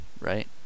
right